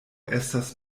estas